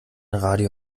radio